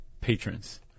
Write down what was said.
patrons